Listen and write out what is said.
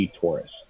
Taurus